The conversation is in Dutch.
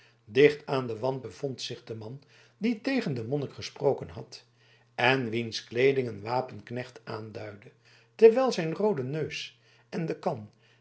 aan den wand bevond zich de man die tegen den monnik gesproken had en wiens kleeding een wapenknecht aanduidde terwijl zijn roode neus en de kan